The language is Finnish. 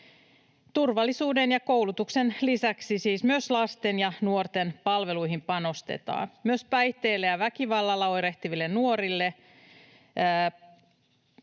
Turvallisuuden ja koulutuksen lisäksi siis myös lasten ja nuorten palveluihin panostetaan. Myös päihteillä ja väkivallalla oirehtiville nuorille